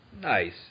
Nice